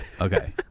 Okay